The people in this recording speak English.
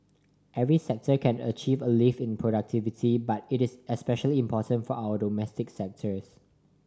every sector can achieve a lift in productivity but it is especially important for our domestic sectors